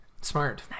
Smart